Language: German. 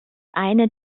eine